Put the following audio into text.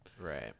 right